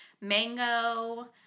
Mango